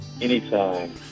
Anytime